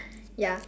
ya